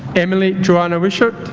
emily johanna wishart